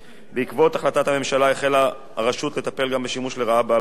בעקבות החלטת הממשלה החלה הרשות לטפל גם בשימוש לרעה באלכוהול.